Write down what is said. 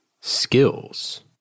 skills